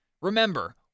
Remember